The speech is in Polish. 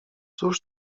cóż